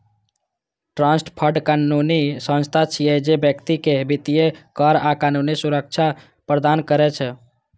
trust fund कानूनी संस्था छियै, जे व्यक्ति कें वित्तीय, कर आ कानूनी सुरक्षा प्रदान करै छै